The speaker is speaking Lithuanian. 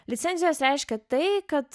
licencijos reiškia tai kad